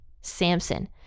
Samson